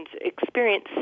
experience